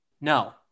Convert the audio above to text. no